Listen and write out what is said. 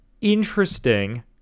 interesting